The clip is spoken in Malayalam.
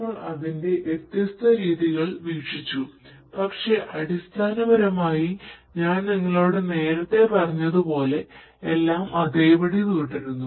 നമ്മൾ അതിനെ വ്യത്യസ്ത രീതികളിൽ വീക്ഷിച്ചു പക്ഷേ അടിസ്ഥാനപരമായി ഞാൻ നിങ്ങളോട് നേരത്തെ പറഞ്ഞതുപോലെ എല്ലാം അതേപടി തുടരുന്നു